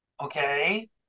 Okay